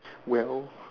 well